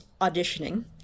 auditioning